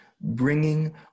bringing